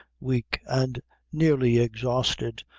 weak, and nearly exhausted,